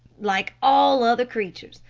like all other creatures,